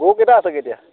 গৰু কেইটা আছেগৈ এতিয়া